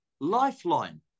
Lifeline